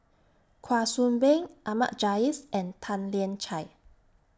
Kwa Soon Bee Ahmad Jais and Tan Lian Chye